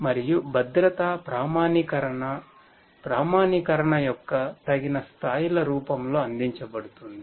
మరియు భద్రత ప్రామాణీకరణ ప్రామాణీకరణ యొక్క తగిన స్థాయిల రూపంలో అందించబడుతుంది